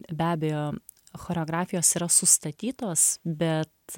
be abejo choreografijos yra sustatytos bet